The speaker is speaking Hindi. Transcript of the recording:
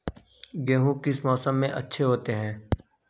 गेहूँ किस मौसम में अच्छे होते हैं?